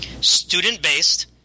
student-based